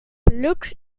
pluk